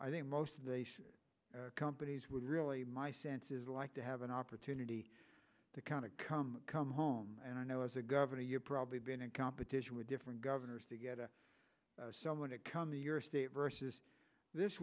i think most of the companies would really my sense is like to have an opportunity to kind of come come home and i know as a governor you've probably been in competition with different governors to get a someone to come to your state versus this